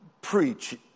preach